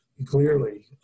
Clearly